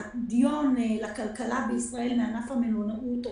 ההכנסות לכלכלת ישראל מענף המלונאות במדינת ישראל